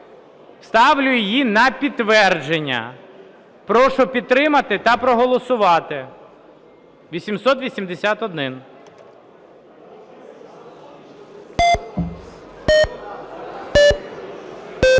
ставлю її на підтвердження. Прошу підтримати та проголосувати 881.